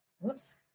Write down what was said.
whoops